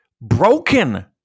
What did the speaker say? broken